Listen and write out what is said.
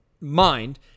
mind